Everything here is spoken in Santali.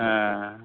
ᱦᱮᱸ